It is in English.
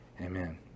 Amen